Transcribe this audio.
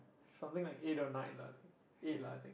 something like eight or nine lah eight I think